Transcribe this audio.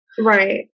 Right